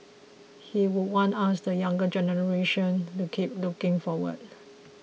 he would want us the younger generation to keep looking forward